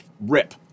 rip